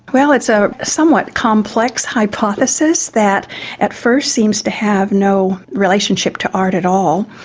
well, it's a somewhat complex hypothesis that at first seems to have no relationship to art at all.